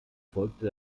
folgte